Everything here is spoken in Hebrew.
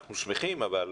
אנחנו שמחים, אבל